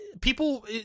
people